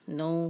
no